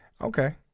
Okay